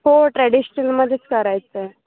हो ट्रॅडिशनलमध्येच करायचं आहे